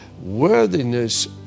worthiness